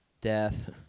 death